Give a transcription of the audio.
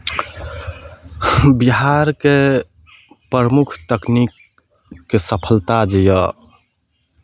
बिहारके प्रमुख तकनीकके सफलता जे यए